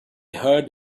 heard